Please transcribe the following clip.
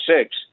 six